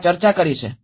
ત્યાં ચર્ચા કરી છે